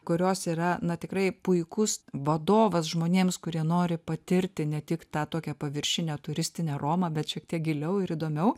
kurios yra na tikrai puikus vadovas žmonėms kurie nori patirti ne tik tą tokią paviršinę turistinę romą bet šiek tiek giliau ir įdomiau